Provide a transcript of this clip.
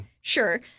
Sure